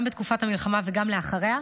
גם בתקופת המלחמה וגם אחריה,